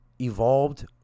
evolved